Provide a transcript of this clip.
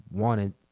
wanted